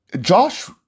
Josh